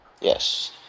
Yes